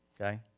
okay